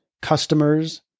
customers